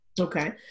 Okay